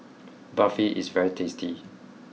Barfi is very tasty